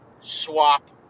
swap